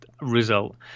result